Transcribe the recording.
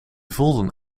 voelden